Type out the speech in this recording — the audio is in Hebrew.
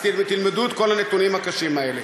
אז תלמדו את כל הנתונים הקשים האלה.